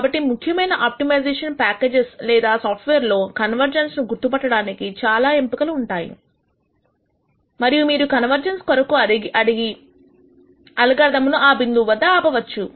కాబట్టి ముఖ్యమైన optimization packages లేదా సాఫ్ట్వేర్ లో కన్వర్జెన్స్ ను గుర్తుపట్టడానికి చాలా ఎంపికలు ఉంటాయి మరియు మీరు కన్వర్జెన్స్ కొరకు అడిగి కి అల్గారిథం ను ఆ బిందువు వద్ద ఆపవచ్చు